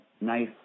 nice